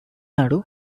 nadu